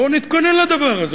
בואו נתכונן לדבר הזה.